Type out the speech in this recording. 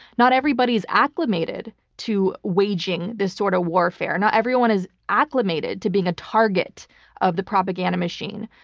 not everybody is acclimated to waging this sort of warfare. not everyone is acclimated to being a target of the propaganda machine,